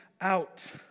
out